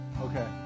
Okay